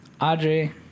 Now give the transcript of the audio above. Audrey